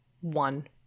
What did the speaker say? one